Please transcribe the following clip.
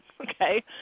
okay